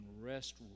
rest